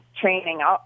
training